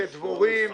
זה דבורים,